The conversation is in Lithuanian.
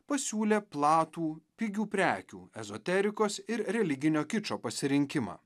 pasiūlė platų pigių prekių ezoterikos ir religinio kičo pasirinkimą